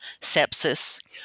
sepsis